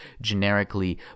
generically